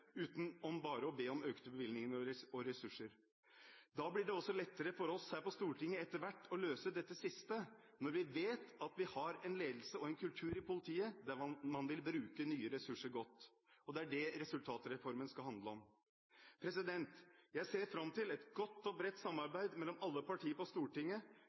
uten bare å be om økte bevilgninger og ressurser. Da blir det også lettere for oss her på Stortinget etter hvert å løse dette siste, når vi vet at vi har en ledelse og en kultur i politiet der man vil bruke nye ressurser godt. Det er det resultatreformen skal handle om. Jeg ser fram til et godt og bredt samarbeid mellom alle partier på Stortinget